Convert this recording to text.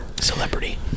celebrity